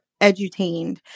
edutained